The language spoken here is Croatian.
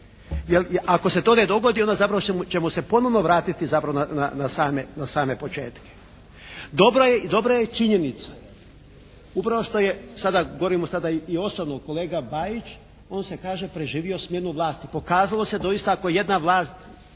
ako se to ne dogodi, onda zapravo ćemo se ponovno vratiti zapravo na same početke. Dobra, dobra je i činjenica upravo što je sada govorim, govorio je sada osobno kolega Bajić, on se kaže preživio smjenu vlasti. Pokazalo se doista ako jedna vlast